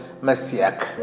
messiah